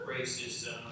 racism